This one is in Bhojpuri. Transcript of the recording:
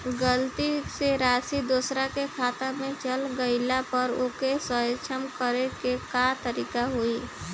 गलती से राशि दूसर के खाता में चल जइला पर ओके सहीक्ष करे के का तरीका होई?